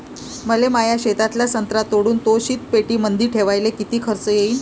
मले माया शेतातला संत्रा तोडून तो शीतपेटीमंदी ठेवायले किती खर्च येईन?